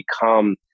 become